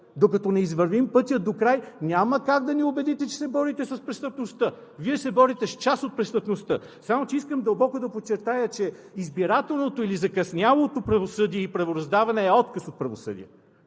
докато не извървим пътя докрай, няма как да ни убедите, че се борите с престъпността. Вие се борите с част от престъпността. Само че искам дълбоко да подчертая, че избирателното или закъснялото правосъдие и правораздаване е отказ от правосъдие.